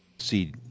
see